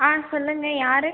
ஆ சொல்லுங்கள் யார்